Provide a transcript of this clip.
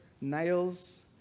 nails